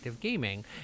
gaming